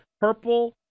Purple